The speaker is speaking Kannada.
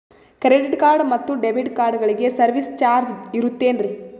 ಕ್ರೆಡಿಟ್ ಕಾರ್ಡ್ ಮತ್ತು ಡೆಬಿಟ್ ಕಾರ್ಡಗಳಿಗೆ ಸರ್ವಿಸ್ ಚಾರ್ಜ್ ಇರುತೇನ್ರಿ?